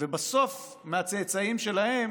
ובסוף מהצאצאים שלהם